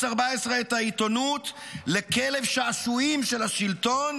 14 את העיתונות לכלב שעשועים של השלטון,